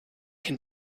can